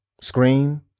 scream